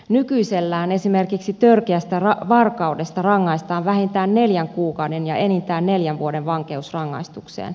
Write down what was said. nykyisellään esimerkiksi törkeästä varkaudesta rangaistaan vähintään neljän kuukauden ja enintään neljän vuoden vankeusrangaistukseen